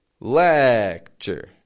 Lecture